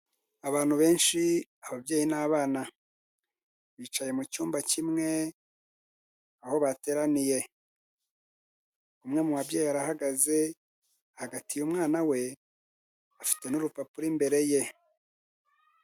Abantu benshi ababyeyi n'abana. Bicaye mu cyumba kimwe aho bateraniye. Umwe mu babyeyi arahagaze, ahagatiye umwana we, afite n'urupapuro imbere ye.